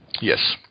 Yes